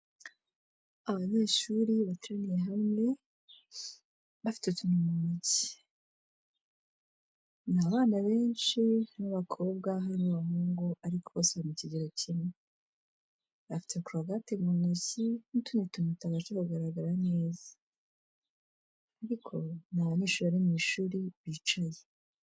Abanyeshuri bateraniye hamwe bafite utuntu mu ntoki. Ni abana benshi b'abakobwa n'abahungu ariko bose bari mu kigero kimwe. Bafite korogate mu ntoki n'utundi tuntu tutabasha kugaragara neza, ariko ni abanyeshuri bari mu ishuri bicaye.